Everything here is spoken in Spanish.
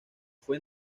fue